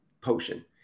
potion